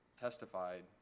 testified